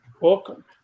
Welcome